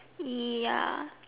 ya